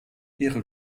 ihre